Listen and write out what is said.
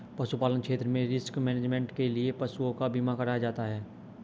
पशुपालन क्षेत्र में रिस्क मैनेजमेंट के लिए पशुओं का बीमा कराया जाता है